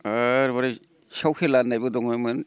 आर हरै सिखाव खेला होननायबो दङोमोन